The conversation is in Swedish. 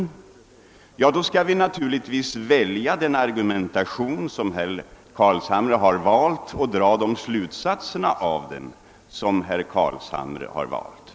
Ja, om vi anser det skall vi naturligtvis välja den argumentation som herr Carlshamre har valt och dra de slutsatser därav som herr Carlshamre har gjort.